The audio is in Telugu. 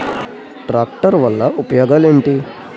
ట్రాక్టర్ వల్ల ఉపయోగాలు ఏంటీ?